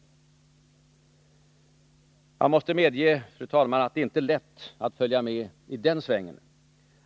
Jag måtte medge, fru talman, att det inte är lätt att följa med i den svängen.